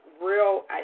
real